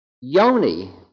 yoni